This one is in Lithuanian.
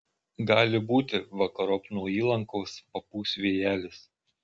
gali būti vakarop nuo įlankos papūs vėjelis